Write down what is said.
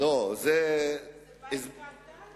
זה בית קטן מעץ.